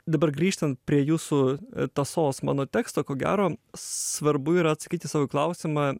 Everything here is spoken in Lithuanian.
dabar grįžtant prie jūsų tąsos mano teksto ko gero svarbu yra atsakyti sau į klausimą